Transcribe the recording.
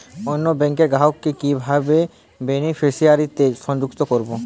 অন্য ব্যাংক র গ্রাহক কে কিভাবে বেনিফিসিয়ারি তে সংযুক্ত করবো?